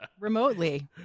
remotely